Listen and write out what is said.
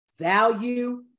Value